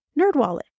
NerdWallet